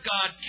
God